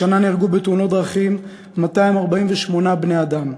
השנה נהרגו בתאונות דרכים 248 בני-אדם.